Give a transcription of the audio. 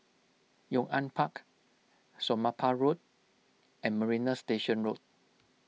Yong An Park Somapah Road and Marina Station Road